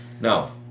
No